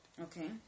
Okay